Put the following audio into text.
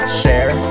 share